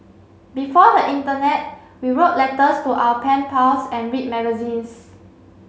before the internet we wrote letters to our pen pals and read magazines